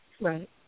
Right